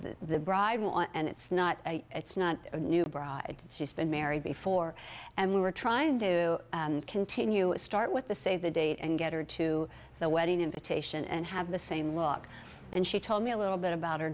bride will and it's not it's not a new bride she's been married before and we were trying to continue a start with the save the date and get her to the wedding invitation and have the same look and she told me a little bit about her